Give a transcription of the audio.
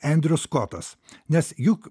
endriu skotas nes juk